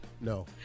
No